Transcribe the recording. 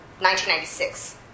1996